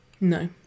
No